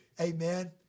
Amen